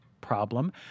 problem